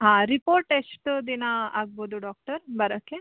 ಹಾಂ ರಿಪೋರ್ಟ್ ಎಷ್ಟು ದಿನ ಆಗ್ಬೋದು ಡಾಕ್ಟರ್ ಬರೋಕೆ